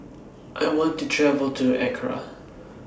I want to travel to Accra